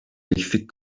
eksik